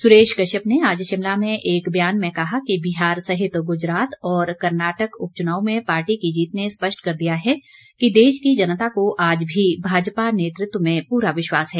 सुरेश कश्यप ने आज शिमला में एक बयान में कहा कि बिहार सहित गुजरात और कर्नाटक उपचुनाव में पार्टी की जीत ने स्पष्ट कर दिया है कि देश की जनता को आज भी भाजपा नेतृत्व में पूरा विश्वास है